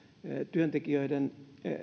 työntekijöiden